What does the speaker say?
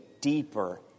deeper